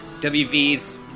WV's